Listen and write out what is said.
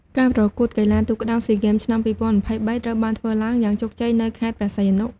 ការប្រកួតកីឡាទូកក្ដោងស៊ីហ្គេមឆ្នាំ២០២៣ ត្រូវបានធ្វើឡើងយ៉ាងជោគជ័យនៅខេត្តព្រះសីហនុ។